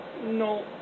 no